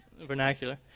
vernacular